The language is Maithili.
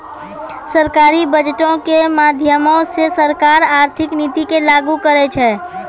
सरकारी बजटो के माध्यमो से सरकार आर्थिक नीति के लागू करै छै